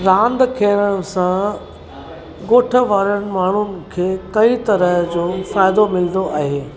रांदि खेॾण सां ॻोठ वारनि माण्हुनि खे कई तरह जो फ़ाइदो मिलंदो आहे